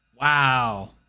Wow